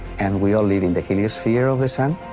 and we all live in the heliosphere of the sun.